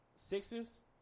Sixers